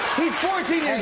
he's fourteen